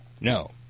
No